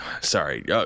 sorry